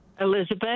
Elizabeth